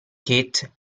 kit